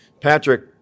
Patrick